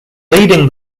leading